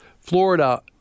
Florida